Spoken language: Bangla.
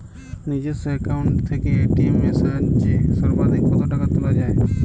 নিজস্ব অ্যাকাউন্ট থেকে এ.টি.এম এর সাহায্যে সর্বাধিক কতো টাকা তোলা যায়?